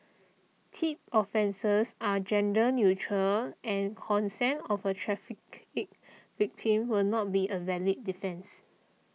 Tip offences are gender neutral and consent of a trafficked victim will not be a valid defence